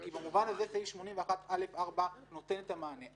כי במובן הזה סעיף 81א4 נותן את המענה.